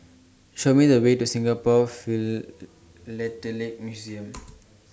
Show Me The Way to Singapore Philatelic Museum